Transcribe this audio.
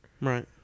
Right